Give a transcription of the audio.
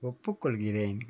ஒப்புக்கொள்கிறேன்